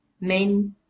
men